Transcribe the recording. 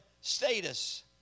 status